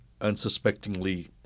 unsuspectingly